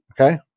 okay